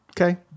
Okay